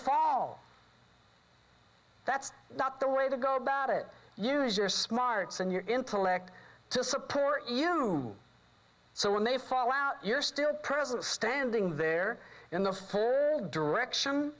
fall that's not the way to go about it use your smarts and your intellect to support you so when they fall out you're still present standing there in the direction